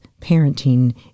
parenting